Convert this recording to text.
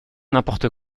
n’importe